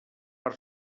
per